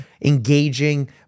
engaging